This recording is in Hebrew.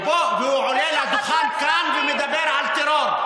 והוא עולה לדוכן כאן ומדבר על טרור.